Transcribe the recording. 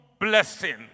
blessing